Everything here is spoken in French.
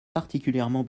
particulièrement